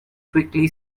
quickly